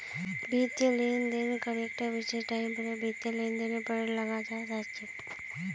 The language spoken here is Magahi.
वित्तीय लेन देन कर एकता विशिष्ट टाइपेर वित्तीय लेनदेनेर पर लगाल जा छेक